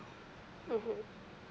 mmhmm